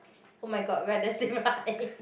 [oh]-my-god we are the same height